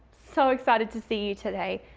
so excited to see you today.